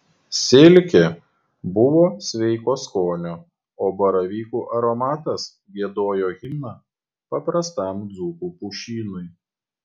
silkė buvo sveiko skonio o baravykų aromatas giedojo himną paprastam dzūkų pušynui